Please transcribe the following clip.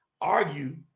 argue